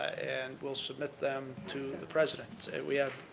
and we'll submit them to the president.